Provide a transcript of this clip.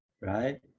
right